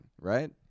Right